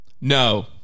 No